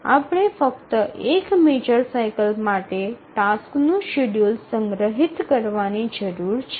તેથી આપણે ફક્ત એક મેજર સાઇકલ માટે ટાસક્સનું શેડ્યૂલ સંગ્રહિત કરવાની જરૂર છે